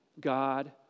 God